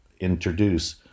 introduce